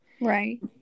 Right